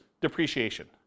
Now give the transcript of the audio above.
depreciation